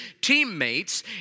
teammates